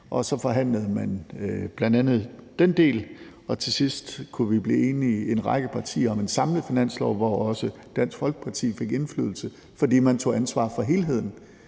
så forhandlede man bl.a. den del, og til sidst kunne vi blive enige, en række partier, om en samlet finanslov, hvor også Dansk Folkeparti fik indflydelse, fordi man tog ansvar for helheden,